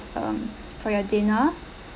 um for your dinner